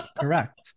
correct